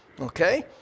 Okay